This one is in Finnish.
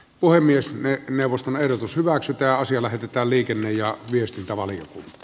puhemies neuvoston ehdotus hyväksytä asia lähetetään liikenne ja viestintävali